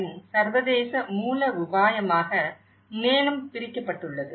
இன் சர்வதேச மூல உபாயமாக மேலும் பிரிக்கப்பட்டுள்ளது